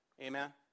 Amen